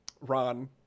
Ron